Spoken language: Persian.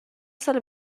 ساله